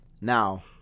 Now